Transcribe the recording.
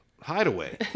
hideaway